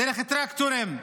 דרך טרקטורים,